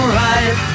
right